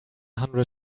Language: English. hundred